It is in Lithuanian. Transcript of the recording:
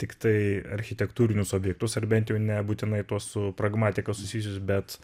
tiktai architektūrinius objektus ar bent jau nebūtinai tuos su pragmatika susijusius bet